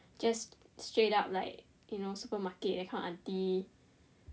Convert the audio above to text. just straight up like you know supermarket that kind of auntie